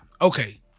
Okay